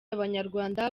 abanyarwanda